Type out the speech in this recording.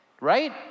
Right